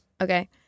Okay